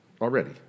already